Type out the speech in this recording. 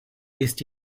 ist